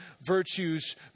virtues